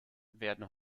werden